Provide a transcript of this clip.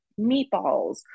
meatballs